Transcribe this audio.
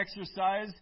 exercise